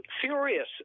furious